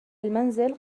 المنزل